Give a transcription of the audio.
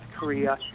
Korea